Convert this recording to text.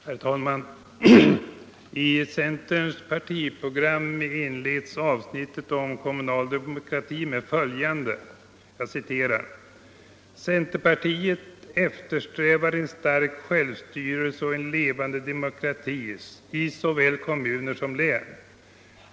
Herr talman! I centerns partiprogram inleds avsnittet om kommunal demokrati med följande: ”Centerpartiet eftersträvar en stark självstyrelse och en levande demokrati i såväl primärkommuner som län.